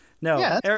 No